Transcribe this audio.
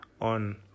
on